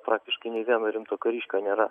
praktiškai nė vieno rimto kariškio nėra